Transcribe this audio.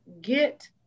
get